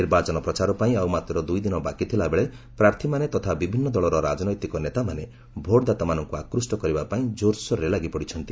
ନିର୍ବାଚନ ପ୍ରଚାର ପାଇଁ ଆଉ ମାତ୍ର ଦୁଇ ଦିନ ବାକି ଥିଲାବେଳେ ପ୍ରାର୍ଥୀମାନେ ତଥା ବିଭିନ୍ନ ଦଳର ରାଜନୈତିକ ନେତାମାନେ ଭୋଟ୍ଦାତାମାନଙ୍କୁ ଆକୃଷ୍ଟ କରିବାପାଇଁ କୋର୍ସୋର୍ରେ ଲାଗିପଡ଼ିଛନ୍ତି